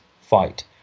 fight